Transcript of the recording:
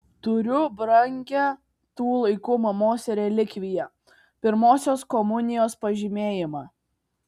turiu brangią tų laikų mamos relikviją pirmosios komunijos pažymėjimą